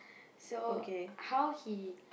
so how he